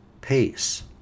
peace